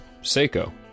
Seiko